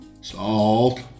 Salt